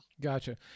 Gotcha